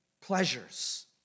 pleasures